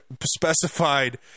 specified